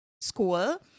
school